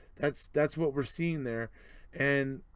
that's that's what we're seeing there and